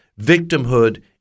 victimhood